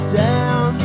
down